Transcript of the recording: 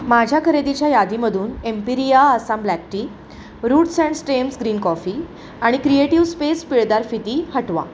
माझ्या खरेदीच्या यादीमधून Empiria Assam black tea roots and stems green coffee आणि क्रिएटिव्ह स्पेस पिळदार फिती हटवा